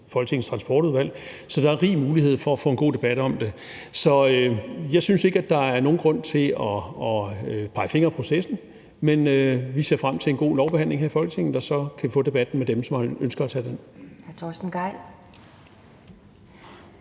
Folketingets Transportudvalg. Så der er rig mulighed for at få en god debat om det, så jeg synes ikke, at der er nogen grund til at pege fingre ad processen. Vi ser frem til en god lovbehandling her i Folketinget, og så kan vi få debatten med dem, der ønsker at tage den.